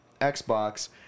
Xbox